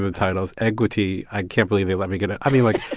ah titles eggquity i can't believe they let me get ah i mean, like,